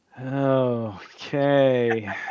okay